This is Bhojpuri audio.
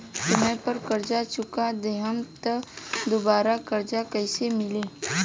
समय पर कर्जा चुका दहम त दुबाराकर्जा कइसे मिली?